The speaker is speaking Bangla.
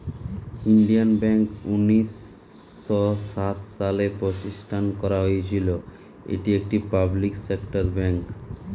ইন্ডিয়ান ব্যাঙ্ক উনিশ শ সাত সালে প্রতিষ্ঠান করা হয়েছিল, এটি একটি পাবলিক সেক্টর বেঙ্ক